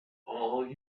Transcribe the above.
all